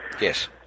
Yes